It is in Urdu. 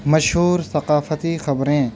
مشہور ثقافتی خبریں